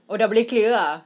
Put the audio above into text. oh dah boleh clear ah